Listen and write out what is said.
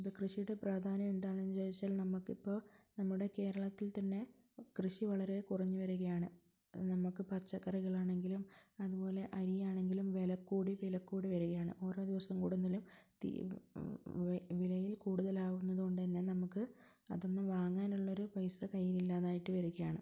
കൃഷിയുടെ പ്രാധാന്യം എന്താണെന്ന് ചോദിച്ചാൽ നമുക്കിപ്പോൾ നമ്മുടെ കേരളത്തിൽ തന്നെ കൃഷി വളരെ കുറഞ്ഞു വരികയാണ് നമുക്ക് പച്ചക്കറികളാണെങ്കിലും അതുപോലെ അരിയാണെങ്കിലും വില കൂടി വില കൂടി വരികയാണ് ഓരോ ദിവസം കൂടുന്നലും തീ വിലയിൽ കൂടുതലാവുന്നത് കൊണ്ട് തന്നെ നമുക്ക് അതൊന്നും വാങ്ങാനുള്ളൊരു പൈസ കയ്യിൽ ഇല്ലാതായിട്ട് വരികയാണ്